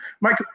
Mike